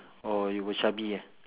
oh you were chubby ah